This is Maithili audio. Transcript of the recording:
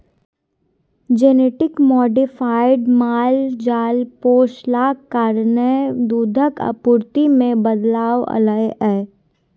जेनेटिक मोडिफाइड माल जाल पोसलाक कारणेँ दुधक आपुर्ति मे बदलाव एलय यै